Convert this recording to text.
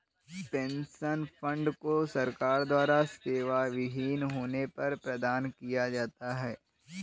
pension fund को सरकार द्वारा सेवाविहीन होने पर प्रदान किया जाता है